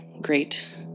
great